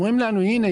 אומרים לנו שהנה,